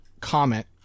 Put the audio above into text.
comment